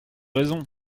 raison